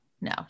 no